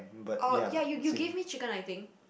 orh ya you you give me chicken I think